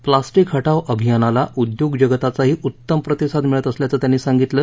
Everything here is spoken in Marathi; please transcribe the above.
प्लॅस्टीक हटाओ अभियानाला उद्योगजगताचाही उत्तम प्रतिसाद मिळत असल्याचं त्यांनी सांगितलं